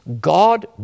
God